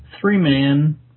three-man